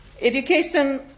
Education